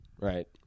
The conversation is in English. right